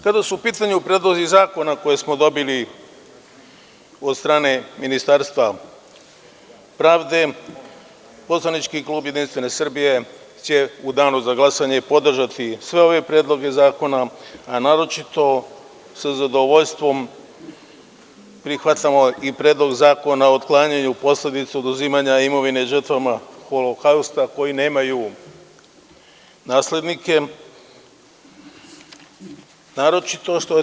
Kada su u pitanju predlozi zakona koje smo dobili od strane Ministarstva pravde, poslanički klub Jedinstvene Srbije će u Danu za glasanje podržati sve ove predloge zakona, a naročito sa zadovoljstvom prihvatamo i Predlog zakona o otklanjanju posledica oduzimanja imovine žrtvama holokausta koji nemaju naslednike.